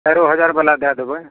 चारिओ हजार बला दए देबै